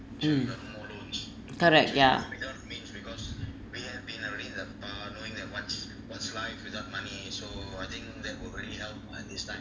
mm correct ya